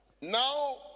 Now